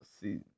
see